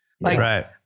Right